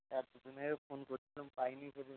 এক দু দিন আগে ফোন করছিলাম পাইনি তোকে